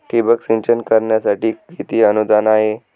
ठिबक सिंचन करण्यासाठी किती अनुदान आहे?